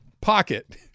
pocket